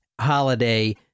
holiday